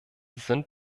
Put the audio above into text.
sind